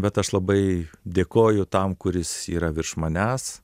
bet aš labai dėkoju tam kuris yra virš manęs